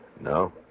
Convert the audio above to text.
No